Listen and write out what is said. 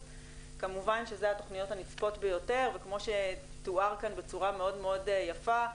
כמובן שאלה התכניות הנצפות ביותר וכמו שדובר כאן בצורה מאוד יפה,